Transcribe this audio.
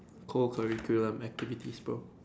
co-curricular activities bro